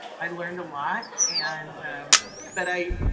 i learned a lot and but i,